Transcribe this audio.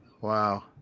Wow